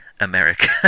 america